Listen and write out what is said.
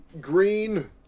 green